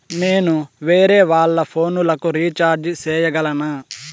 నేను వేరేవాళ్ల ఫోను లకు రీచార్జి సేయగలనా?